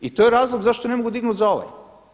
I to je razlog zašto ne mogu dignuti za ovaj.